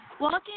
Walking